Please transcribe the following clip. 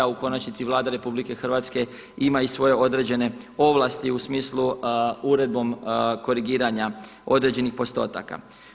U konačnici Vlada RH ima i svoje određene ovlasti u smislu uredbom korigiranja određenih postotaka.